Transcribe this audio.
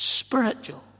spiritual